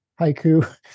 haiku